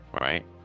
right